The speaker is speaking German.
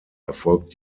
erfolgt